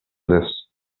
lives